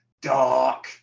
dark